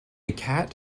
cat